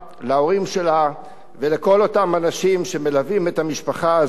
להורים שלה ולכל אותם אנשים שמלווים את המשפחה הזאת.